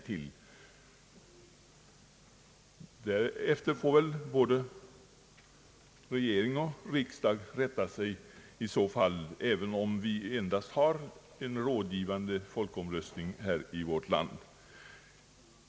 Därefter finge väl både regering och riksdag rätta sig i så fall, även om vi endast har rådgivande folkomröstning i vårt land.